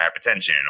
hypertension